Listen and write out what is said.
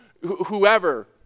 whoever